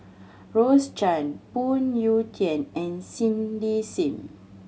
Rose Chan Phoon Yew Tien and Cindy Sim